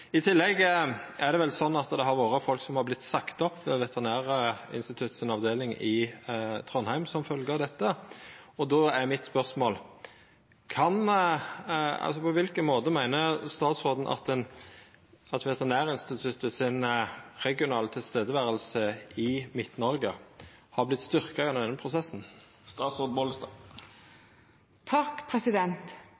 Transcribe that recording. I tillegg er det vel slik at folk har vorte oppsagde ved Veterinærinstituttets avdeling i Trondheim som ei følgje av dette. Då er mitt spørsmål: På kva måte meiner statsråden at Veterinærinstituttets regionale nærvær i Midt-Noreg har vorte styrkt gjennom denne prosessen?